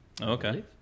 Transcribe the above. Okay